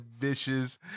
bitches